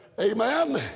Amen